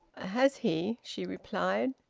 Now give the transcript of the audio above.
has he? she replied.